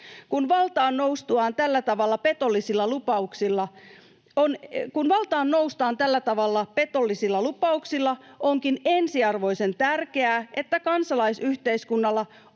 Kun valtaan noustaan tällä tavalla petollisilla lupauksilla, onkin ensiarvoisen tärkeää, että kansalaisyhteiskunnalla